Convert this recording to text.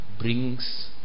brings